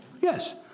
Yes